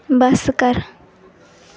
ਬੱਸ ਕਰ